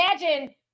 imagine